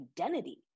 identity